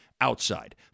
outside